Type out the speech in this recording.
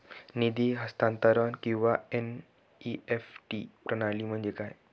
निधी हस्तांतरण किंवा एन.ई.एफ.टी प्रणाली म्हणजे काय?